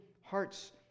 hearts